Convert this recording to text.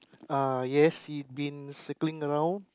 uh yes he been circling around